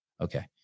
Okay